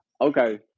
Okay